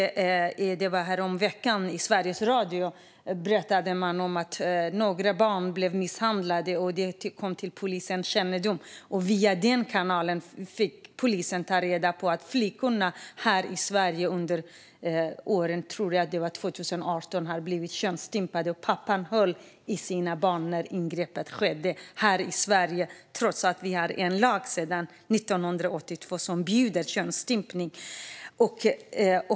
Häromveckan berättade man i Sveriges Radio om några barn som blivit misshandlade, vilket kommit till polisens kännedom. Via den kanalen fick polisen reda på att flickorna blivit könsstympade här i Sverige under 2018, tror jag att det var. Pappan höll i sina barn när ingreppet skedde - här i Sverige, trots att vi sedan 1982 har en lag som förbjuder könsstympning.